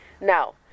Now